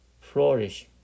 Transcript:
flourish